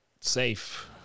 Safe